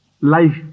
life